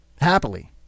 happily